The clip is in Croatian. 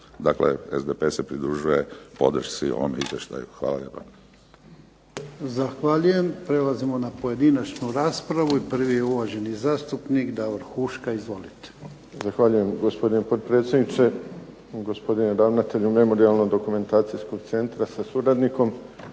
Dakle, SDP se pridružuje podršci ovom izvještaju. Hvala lijepa. **Jarnjak, Ivan (HDZ)** Zahvaljujem. Prelazimo na pojedinačnu raspravu. Prvi je uvaženi zastupnik Davor Huška. Izvolite. **Huška, Davor (HDZ)** Zahvaljujem. Gospodine potpredsjedniče, gospodine ravnatelju Memorijalno-dokumentacijskog centra sa suradnikom,